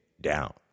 down